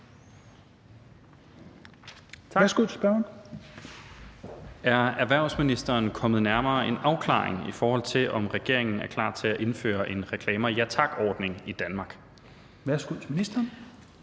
Valentin (SF): Tak. Er erhvervsministeren kommet nærmere en afklaring, i forhold til om regeringen er klar til at indføre en reklamer ja tak-ordning i Danmark? Kl. 13:38 Fjerde